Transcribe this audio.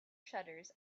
shutters